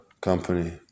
company